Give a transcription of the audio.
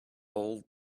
old